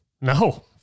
No